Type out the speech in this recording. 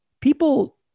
people